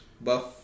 buff